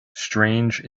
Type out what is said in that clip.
strange